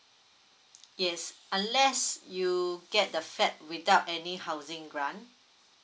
yes unless you get the flat without any housing grant